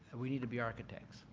we need to be architects.